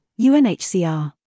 UNHCR